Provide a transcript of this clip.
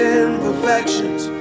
imperfections